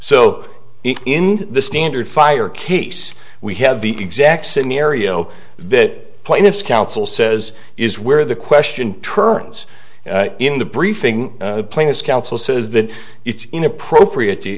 so in the standard fire case we have the exact scenario that plaintiff's counsel says is where the question turns in the briefing plaintiffs counsel says that it's inappropriate to